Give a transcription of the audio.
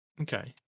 Okay